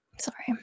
Sorry